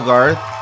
Garth